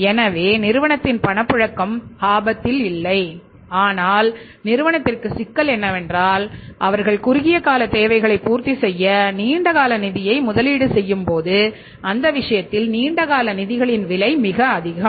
எனவே நிறுவனத்தின் பணப்புழக்கம் ஆபத்தில் இல்லை ஆனால் நிறுவனத்திற்கு சிக்கல் என்னவென்றால் அவர்கள் குறுகிய கால தேவைகளைப் பூர்த்தி செய்ய நீண்ட கால நிதியை முதலீடு செய்யும் போது அந்த விஷயத்தில் நீண்ட கால நிதிகளின் விலை மிக அதிகம்